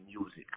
Music